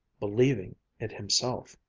believing it himself.